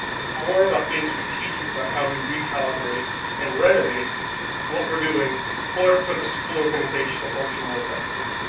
it's more about being strategic about how we re calibrate and renovate what we're doing in order for the school organization to function more effectively.